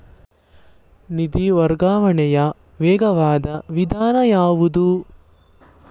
ನಿಧಿ ವರ್ಗಾವಣೆಯ ವೇಗವಾದ ವಿಧಾನ ಯಾವುದು?